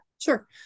Sure